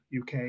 UK